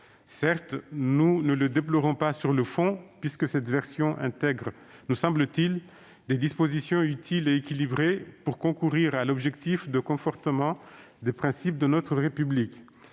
Certes, nous ne le déplorons pas sur le fond, car cette version nous semble intégrer des dispositions utiles et équilibrées pour concourir à l'objectif de conforter les principes de notre République.